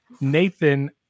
Nathan